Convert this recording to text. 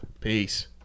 Peace